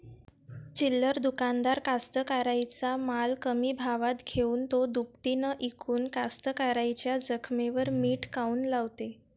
चिल्लर दुकानदार कास्तकाराइच्या माल कमी भावात घेऊन थो दुपटीनं इकून कास्तकाराइच्या जखमेवर मीठ काऊन लावते?